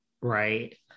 Right